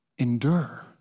endure